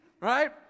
right